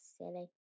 silly